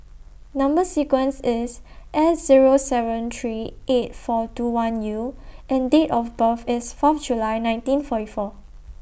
Number sequence IS S Zero seven three eight four two one U and Date of birth IS Fourth July nineteen forty four